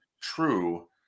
true